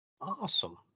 Awesome